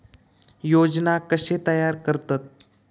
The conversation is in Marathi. योजना कशे तयार करतात?